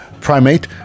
Primate